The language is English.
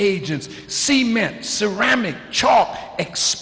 agents see men ceramic chalk ex